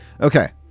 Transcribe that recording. Okay